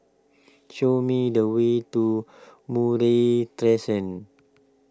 show me the way to Murray